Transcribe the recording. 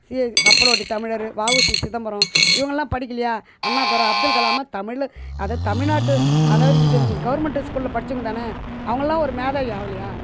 C எ கப்பலோட்டித் தமிழரு வா உ சி சிதம்பரம் இவங்களாக படிக்கலையா அண்ணாதுரை அப்துல் கலாம் எல்லாம் தமிழில் அது தமிழ்நாட்டு அதாவது இது கவர்மெண்ட்டு ஸ்கூலில் படிச்சவங்க தானே அவங்களாம் ஒரு மேதாவி ஆகலையா